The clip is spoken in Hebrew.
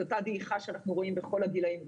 אותה דעיכה שאנחנו רואים בכל הגילים,